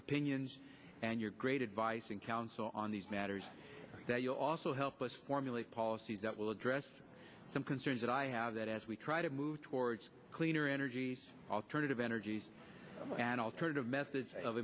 opinions and your great advice and counsel on these matters that you also help us formulate policies that will address some concerns that i have that as we try to move towards cleaner energy alternative energies and alternative methods of